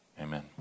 Amen